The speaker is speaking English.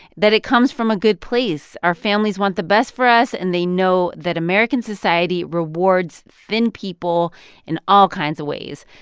that it comes from a good place. our families want the best for us, and they know that american society rewards thin people in all kinds of ways.